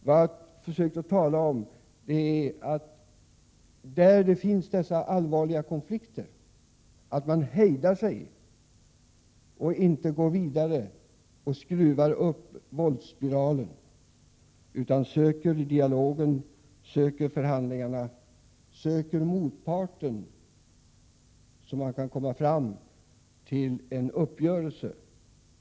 Det jag har försökt att tala om är att människor i områden där allvarliga konflikter råder måste hejda sig och inte gå vidare och skruva upp våldsspiralen utan söka dialogen, söka förhandlingarna, söka motparten så att de kan komma fram till en uppgörelse.